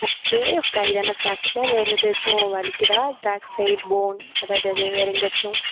okay கை தானே fracture வேறு ஏதாச்சும் வலிக்குதா பேக் சைட் போன் அதாவது அது வேறு எங்கேயாச்சும்